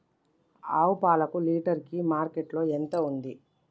ఆవు పాలకు లీటర్ కి మార్కెట్ లో ఎంత ఉంది?